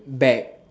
bag